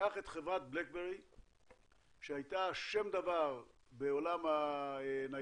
קח את חברת בלקברי שהייתה שם דבר בעולם הניידים